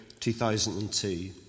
2002